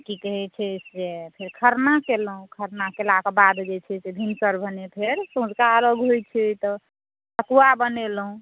आ की कहए छै जे खरना केलहुँ खरना केलाके बाद जे छै से भिनसर भेने फेर सँझुका अर्घ्य होय छै तऽ ठकुआ बनेलहुँ